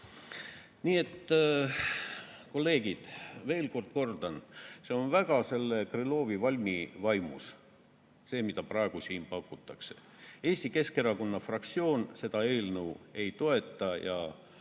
Nii et, kolleegid, veel kord kordan, see on väga selle Krõlovi valmi vaimus, see, mida praegu siin pakutakse. Eesti Keskerakonna fraktsioon seda eelnõu ei toeta,